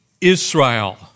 Israel